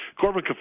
Corbin